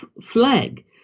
flag